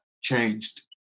changed